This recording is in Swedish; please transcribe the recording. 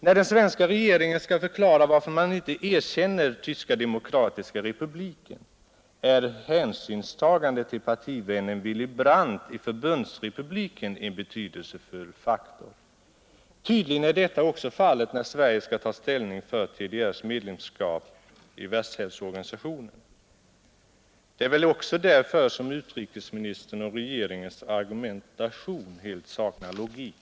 När den svenska regeringen skall förklara varför man inte erkänner TDR, är hänsynstagandet till partivännen Willy Brandt i Förbundsrepubliken en betydelsefull faktor. Tydligen är detta också fallet när Sverige skall ta ställning för TDR:s medlemskap i WHO. Det är väl också därför som utrikesministerns och regeringens argumentation helt saknar logik.